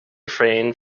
refrain